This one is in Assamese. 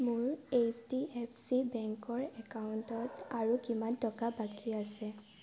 মোৰ এইচ ডি এফ চি বেংকৰ একাউণ্টত আৰু কিমান টকা বাকী আছে